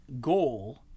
goal